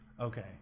Okay